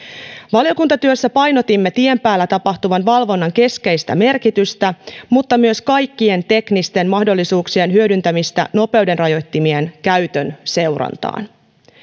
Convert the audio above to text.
valiokuntatyössä painotimme tien päällä tapahtuvan valvonnan keskeistä merkitystä mutta myös kaikkien teknisten mahdollisuuksien hyödyntämistä nopeudenrajoittimien käytön seurantaan